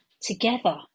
together